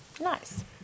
Nice